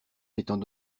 étant